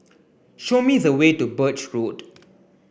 show me the way to Birch Road